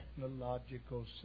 technological